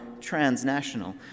transnational